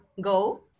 go